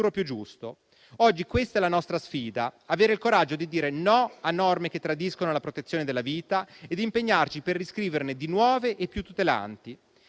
più giusto. Oggi questa è la nostra sfida: avere il coraggio di dire no a norme che tradiscono la protezione della vita ed impegnarci per riscriverne di nuove e più tutelanti.